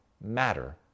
matter